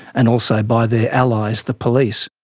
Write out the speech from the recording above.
and also by their allies, the police.